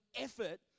effort